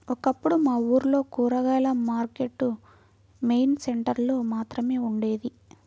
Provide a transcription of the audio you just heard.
ఒకప్పుడు మా ఊర్లో కూరగాయల మార్కెట్టు మెయిన్ సెంటర్ లో మాత్రమే ఉండేది